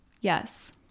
yes